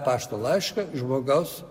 pašto laišką iš žmogaus